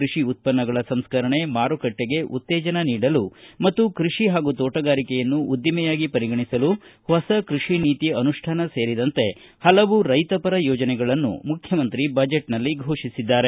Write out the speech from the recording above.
ಕೃಷಿ ಉತ್ಪನ್ನಗಳ ಸಂಸ್ಕರಣೆ ಮಾರುಕಟ್ಟಿಗೆ ಉತ್ತೇಜನ ನೀಡಲು ಮತ್ತು ಕೃಷಿ ಹಾಗೂ ತೋಟಗಾರಿಕೆಯನ್ನು ಉದ್ದಿಮೆಯಾಗಿ ಪರಿಗಣಿಸಲು ಹೊಸ ಕೃಷಿ ನೀತಿ ಅನುಷ್ಠಾನ ಸೇರಿದಂತೆ ಹಲವು ರೈತಪರ ಯೋಜನೆಗಳನ್ನು ಮುಖ್ಯಮಂತ್ರಿ ಬಜೆಟ್ನಲ್ಲಿ ಘೋಷಿಸಿದ್ದಾರೆ